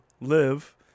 live